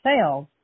sales